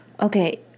Okay